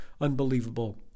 unbelievable